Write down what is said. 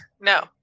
No